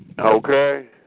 Okay